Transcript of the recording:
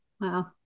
Wow